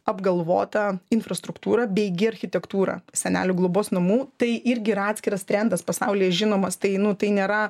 apgalvota infrastruktūra bei gi architektūra senelių globos namų tai irgi atskiras trendas pasaulyje žinomas tai nu tai nėra